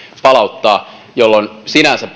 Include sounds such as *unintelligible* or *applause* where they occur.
palauttaa jolloin sinänsä *unintelligible*